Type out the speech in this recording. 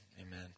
Amen